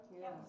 Yes